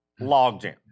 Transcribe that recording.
logjam